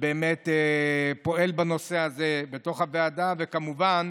שבאמת פועל בנושא הזה מתוך הוועדה, וכמובן